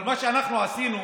אבל מה שאנחנו עשינו,